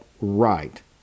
right